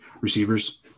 receivers